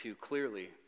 clearly